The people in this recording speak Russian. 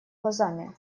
глазами